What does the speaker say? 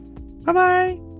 Bye-bye